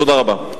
תודה רבה.